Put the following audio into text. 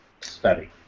study